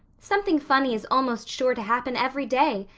something funny is almost sure to happen every day,